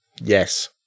yes